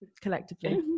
collectively